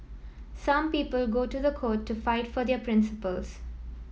some people go to the court to fight for their principles